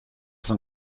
cent